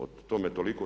O tome toliko.